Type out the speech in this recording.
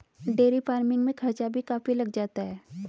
dairy farming में खर्चा भी काफी लग जाता है